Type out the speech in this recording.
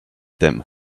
them